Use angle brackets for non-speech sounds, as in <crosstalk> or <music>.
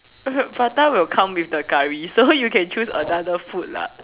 <laughs> prata will come with the Curry so you can choose another food lah